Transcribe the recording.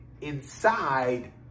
inside